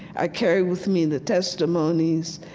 i carried with me the testimonies.